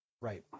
Right